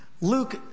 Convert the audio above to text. Luke